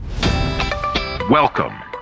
Welcome